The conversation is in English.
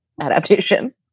adaptation